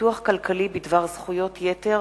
ולפיתוח כלכלי בדבר זכויות יתר,